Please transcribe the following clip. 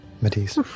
Matisse